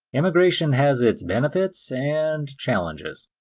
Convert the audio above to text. immigration has its benefits and challenges.